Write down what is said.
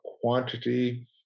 quantity